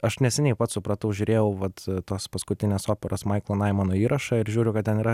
aš neseniai pats supratau žiūrėjau vat tos paskutinės operos maiklo naimono įrašą ir žiūriu kad ten yra